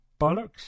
bollocks